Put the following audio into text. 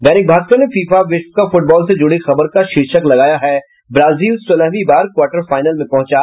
दैनिक भास्कर ने फीफा विश्व cup football से जुड़ी खबर का शीर्षक लगाया है ब्राजील सोलहवीं बार क्वार्टर फाइनल में पहुंचा